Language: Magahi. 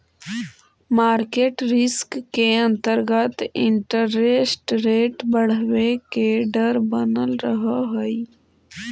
मार्केट रिस्क के अंतर्गत इंटरेस्ट रेट बढ़वे के डर बनल रहऽ हई